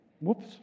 whoops